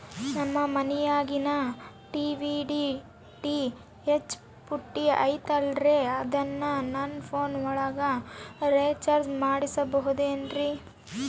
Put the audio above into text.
ನಮ್ಮ ಮನಿಯಾಗಿನ TV DTH ಪುಟ್ಟಿ ಐತಲ್ರೇ ಅದನ್ನ ನನ್ನ ಪೋನ್ ಒಳಗ ರೇಚಾರ್ಜ ಮಾಡಸಿಬಹುದೇನ್ರಿ?